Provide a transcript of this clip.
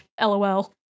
LOL